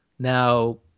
Now